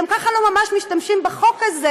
גם ככה לא ממש משתמשים בחוק הזה,